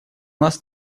нас